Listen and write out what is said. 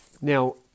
Now